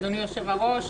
אדוני היושב-ראש,